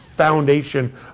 foundation